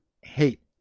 hate